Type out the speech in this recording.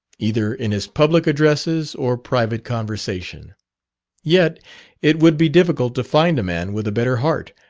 either in his public addresses or private conversation yet it would be difficult to find a man with a better heart,